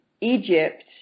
Egypt